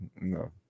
No